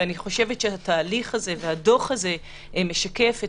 אני חושבת שהתהליך הזה והדוח הזה משקף את